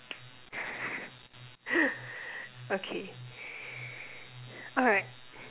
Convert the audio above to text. okay alright